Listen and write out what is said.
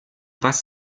was